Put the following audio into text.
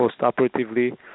postoperatively